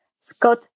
Scott